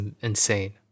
insane